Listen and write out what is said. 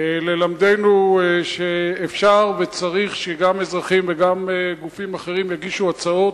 ללמדנו שאפשר וצריך שגם אזרחים וגם גופים אחרים יגישו הצעות,